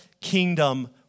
kingdom